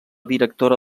directora